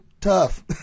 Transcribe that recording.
tough